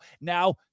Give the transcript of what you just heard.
Now